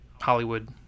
Hollywood